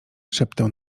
szeptał